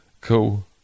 Cool